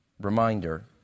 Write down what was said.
reminder